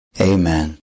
amen